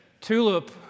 TULIP